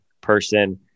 person